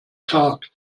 tag